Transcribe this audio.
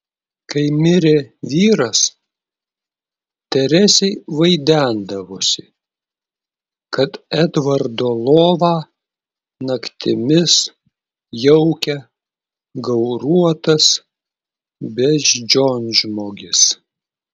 kai mirė vyras teresei vaidendavosi kad edvardo lovą naktimis jaukia gauruotas beždžionžmogis